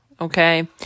okay